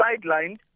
sidelined